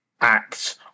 acts